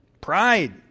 Pride